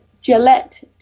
Gillette